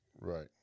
Right